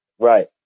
Right